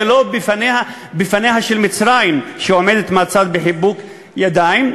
ולא בפניה של מצרים שעומדת מהצד בחיבוק ידיים.